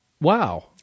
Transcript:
Wow